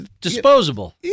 Disposable